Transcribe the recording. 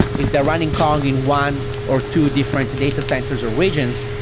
if they're running kong in one or two different data centers or regions,